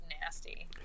nasty